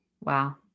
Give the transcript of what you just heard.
Wow